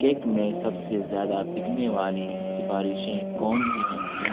cake میں سب سے زیادہ بکنے والی سفارشیں کون سی ہیں